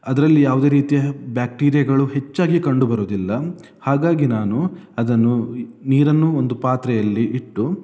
ಅದ್ರಲ್ಲಿ ಯಾವುದೇ ರೀತಿಯ ಬ್ಯಾಕ್ಟೀರಿಯಗಳು ಹೆಚ್ಚಾಗಿ ಕಂಡುಬರುವುದಿಲ್ಲ ಹಾಗಾಗಿ ನಾನು ಅದನ್ನು ನೀರನ್ನು ಒಂದು ಪಾತ್ರೆಯಲ್ಲಿ ಇಟ್ಟು